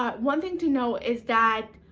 ah one thing to know is that,